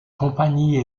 compagnie